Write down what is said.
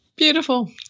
Beautiful